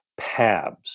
PABS